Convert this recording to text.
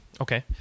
Okay